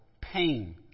Pain